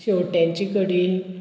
शेवट्यांची कडी